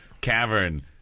cavern